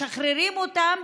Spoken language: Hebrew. משחררים אותם